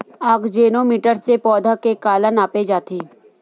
आकजेनो मीटर से पौधा के काला नापे जाथे?